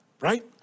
Right